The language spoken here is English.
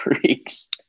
freaks